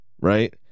Right